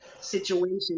situation